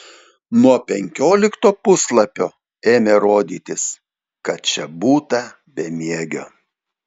nuo penkiolikto puslapio ėmė rodytis kad čia būta bemiegio